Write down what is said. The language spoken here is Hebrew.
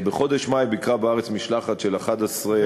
בחודש מאי ביקרה בארץ משלחת של 11,